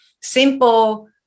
simple